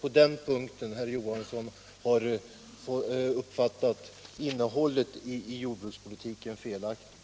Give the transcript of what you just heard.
På den punkten har herr Johansson i Holmgården uppfattat innehållet i jordbrukspolitiken felaktigt.